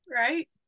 right